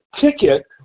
ticket